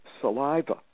saliva